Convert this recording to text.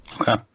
Okay